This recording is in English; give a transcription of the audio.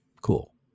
cool